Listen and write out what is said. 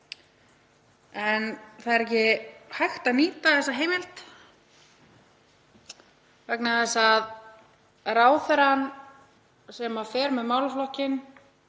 En það er ekki hægt að nýta þessa heimild vegna þess að ráðherrann sem fer með málaflokkinn